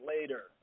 later